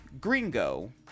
gringo